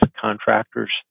contractors